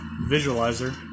visualizer